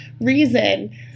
reason